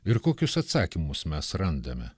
ir kokius atsakymus mes randame